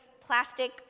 plastic